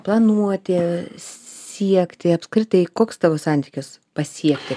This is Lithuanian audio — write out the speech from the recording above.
planuoti siekti apskritai koks tavo santykis pasiekti